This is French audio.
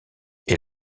est